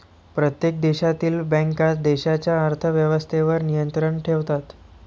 प्रत्येक देशातील बँका देशाच्या अर्थ व्यवस्थेवर नियंत्रण ठेवतात